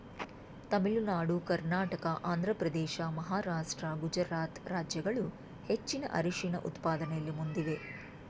ತಮಿಳುನಾಡು ಕರ್ನಾಟಕ ಆಂಧ್ರಪ್ರದೇಶ ಮಹಾರಾಷ್ಟ್ರ ಗುಜರಾತ್ ರಾಜ್ಯಗಳು ಹೆಚ್ಚಿನ ಅರಿಶಿಣ ಉತ್ಪಾದನೆಯಲ್ಲಿ ಮುಂದಿವೆ